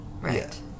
Right